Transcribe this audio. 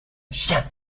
chien